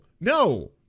No